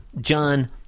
John